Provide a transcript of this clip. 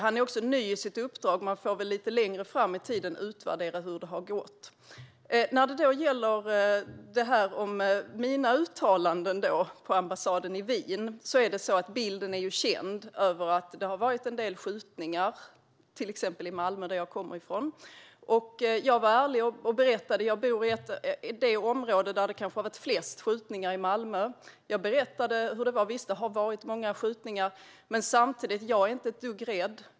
Han är också ny i sitt uppdrag. Lite längre fram i tiden får man väl utvärdera hur det har gått. När det gäller mina uttalanden på ambassaden i Wien är ju bilden känd att det har varit en del skjutningar i till exempel Malmö, som jag kommer från. Jag bor i det område i Malmö där det kanske har varit flest skjutningar och berättade ärligt hur det har varit. Visst, det har varit många skjutningar. Men jag är inte ett dugg rädd.